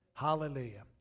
Hallelujah